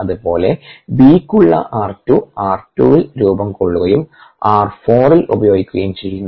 അതുപോലെ B യ്ക്കുള്ള r2 r2 ൽ രൂപം കൊള്ളുകയും r4 ൽ ഉപയോഗിക്കുകയും ചെയ്യുന്നു